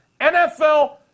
NFL